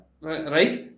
right